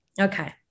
okay